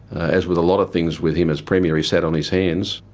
as with a lot of things with him as premier, he sat on his hands.